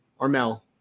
Armel